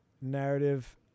narrative